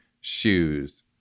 shoes